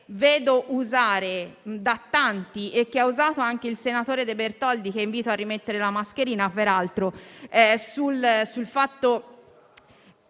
sento usare da tanti e che ha usato anche il senatore De Bertoldi - che invito a rimettere la mascherina, peraltro - ovvero